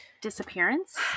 disappearance